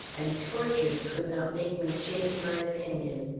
and tortures could not make me change my opinion.